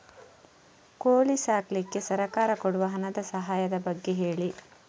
ಕೋಳಿ ಸಾಕ್ಲಿಕ್ಕೆ ಸರ್ಕಾರ ಕೊಡುವ ಹಣದ ಸಹಾಯದ ಬಗ್ಗೆ ಹೇಳಿ